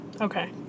okay